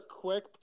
quick